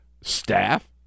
staff